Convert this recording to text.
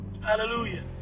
Hallelujah